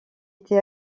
été